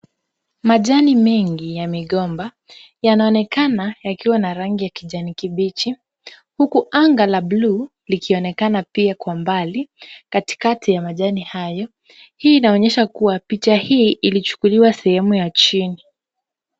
Majani mengi ya migomba yanaonekana yakiwa na rangi ya kijani kibichi, huku anga la blue likionekana pia kwa mbali katikati ya majani hayo. Hii inaonyesha kuwa picha hii ilichukuliwa sehemu ya chini.